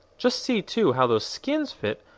just see, too, how those skins fit!